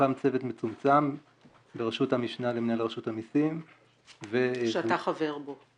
הוקם צוות מצומצם בראשות המשנה למנהל רשות המסים --- שאתה חבר בו?